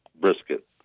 brisket